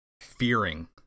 fearing